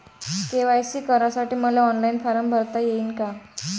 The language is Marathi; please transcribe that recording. के.वाय.सी करासाठी मले ऑनलाईन फारम भरता येईन का?